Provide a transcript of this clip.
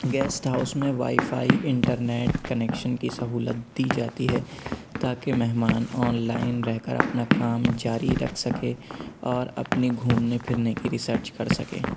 guest house میں wi-fi internet connection کی سہولت دی جاتی ہے تاکہ مہمان آن لائن رہ کر اپنا کام جاری رکھ سکے اور اپنی گھومنے پھرنے کی ریسرچ کر سکے